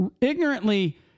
ignorantly